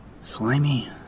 slimy